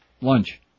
lunch